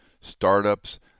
startups